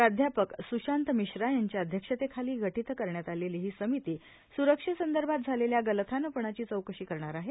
प्राध्यापक स्शांत मिश्रा यांच्या अध्यक्षतेखाली गठीत करण्यात आलेली ही समिती सुरक्षेसंदर्भात झालेल्या गलथान पणाची चौकशी करणार आहे